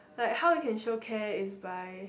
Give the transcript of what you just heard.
like how you can show care is by